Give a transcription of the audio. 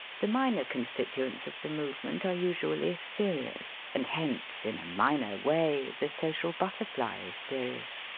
the minor constituents of the movement are usually serious, and hence in a minor way the social butterfly is serious.